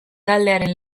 taldearen